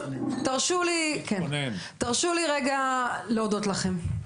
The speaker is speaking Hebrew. תרשו לי רגע להודות לכם.